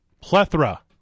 Plethora